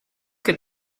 que